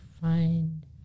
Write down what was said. find